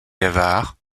gavard